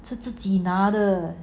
是自己拿的